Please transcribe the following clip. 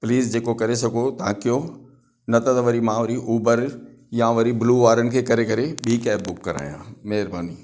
please जेको करे सघो तव्हां कयो नत त वरी मां वरी उबर या वरी ब्लू वारनि खे करे करे ॿी कैब बुक करायां महिरबानी